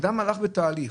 אדם הלך בתהליך